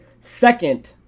second